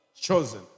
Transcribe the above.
chosen